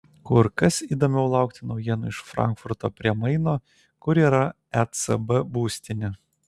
kur kas įdomiau laukti naujienų iš frankfurto prie maino kur yra ecb būstinė